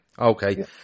Okay